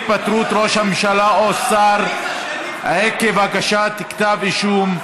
התפטרות ראש הממשלה או שר עקב הגשת כתב אישום).